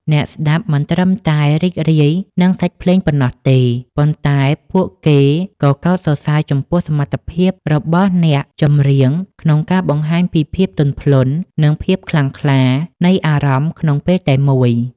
អ្នកស្ដាប់មិនត្រឹមតែរីករាយនឹងសាច់ភ្លេងប៉ុណ្ណោះទេ ប៉ុន្តែពួកគេក៏កោតសរសើរចំពោះសមត្ថភាពរបស់អ្នកចម្រៀងក្នុងការបង្ហាញពីភាពទន់ភ្លន់ និងភាពខ្លាំងក្លានៃអារម្មណ៍ក្នុងពេលតែមួយ។